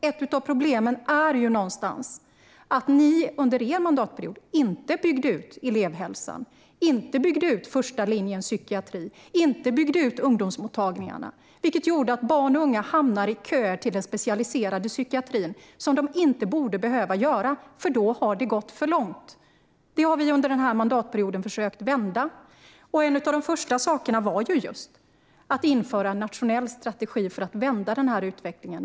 Ett av problemen är ju att ni under er mandatperiod inte byggde ut elevhälsan, inte byggde ut första linjens psykiatri och inte byggde ut ungdomsmottagningarna, vilket gör att barn och unga hamnar i köer till den specialiserade psykiatrin. Det borde de inte behöva göra, för då har det gått för långt. Detta har vi under denna mandatperiod försökt att vända. En av de första sakerna var just att införa en nationell strategi för att vända denna utveckling.